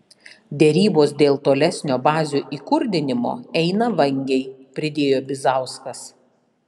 derybos dėl tolesnio bazių įkurdinimo eina vangiai pridėjo bizauskas